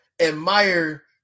Admire